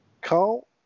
Carl